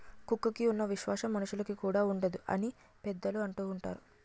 కుక్కకి ఉన్న విశ్వాసం మనుషులుకి కూడా ఉండదు అని పెద్దలు అంటూవుంటారు